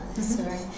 Sorry